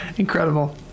incredible